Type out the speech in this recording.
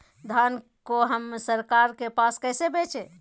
धान को हम सरकार के पास कैसे बेंचे?